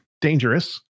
dangerous